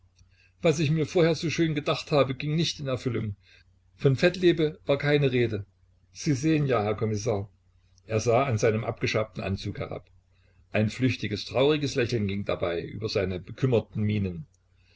was ich mir vorher so schön gedacht habe ging nicht in erfüllung von fettlebe war keine rede sie sehen ja herr kommissar er sah an seinem abgeschabten anzug herab ein flüchtiges trauriges lächeln ging dabei über seine bekümmerten mienen